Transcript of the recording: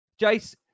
Jace